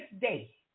day